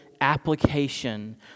application